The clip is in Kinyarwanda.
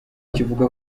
kivuga